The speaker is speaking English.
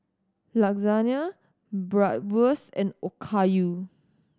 Lasagne Bratwurst and Okayu